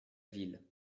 ville